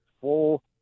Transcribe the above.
full